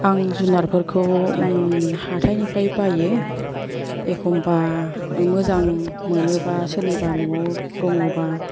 आं जुनारफोरखौ हाथायनिफ्राय बाइयो एखम्बा मोजां मोनोबा सोरनिबा न'आव दङ'बा